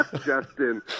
justin